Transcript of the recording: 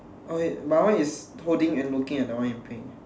oh wait my one is holding and looking at the one in pink